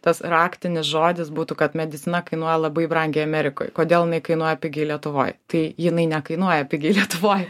tas raktinis žodis būtų kad medicina kainuoja labai brangiai amerikoj kodėl jinai kainuoja pigiai lietuvoj tai jinai nekainuoja pigiai lietuvoj